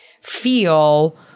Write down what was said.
feel